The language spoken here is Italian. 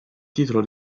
titolo